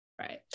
right